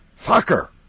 fucker